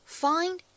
，find